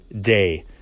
day